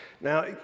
Now